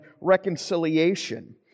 reconciliation